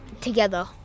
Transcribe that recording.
together